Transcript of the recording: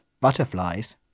Butterflies